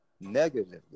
negatively